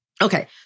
Okay